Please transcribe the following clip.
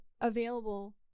available